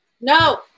No